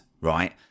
right